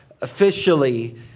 officially